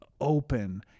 open